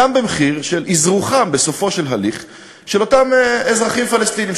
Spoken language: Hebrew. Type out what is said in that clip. של אזרוחם בסופו של הליך של אותם אזרחים פלסטינים,